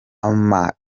ampa